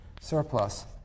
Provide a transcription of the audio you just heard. surplus